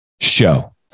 show